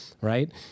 right